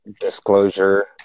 disclosure